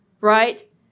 Right